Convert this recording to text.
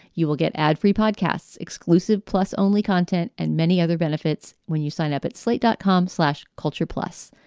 you will get ad free podcasts, exclusive, plus only content and many other benefits when you sign up at slate dot com slash culture plus.